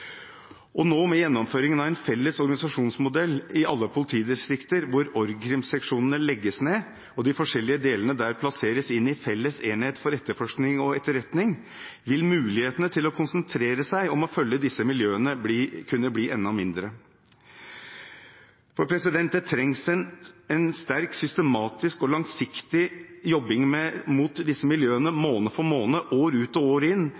Med gjennomføringen av en felles organisasjonsmodell i alle politidistrikter, hvor org. krim-seksjonene legges ned og de forskjellige delene der plasseres inn i felles enhet for etterforskning og etterretning, vil mulighetene til å konsentrere seg om å følge disse miljøene kunne bli enda mindre. Det trengs sterk, systematisk og langsiktig jobbing mot disse miljøene måned for måned, år ut og år inn